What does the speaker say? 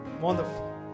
wonderful